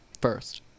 first